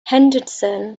henderson